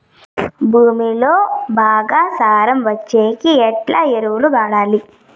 భూమిలో బాగా సారం వచ్చేకి ఎట్లా ఎరువులు వాడాలి?